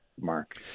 Mark